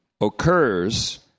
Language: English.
occurs